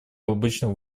обычных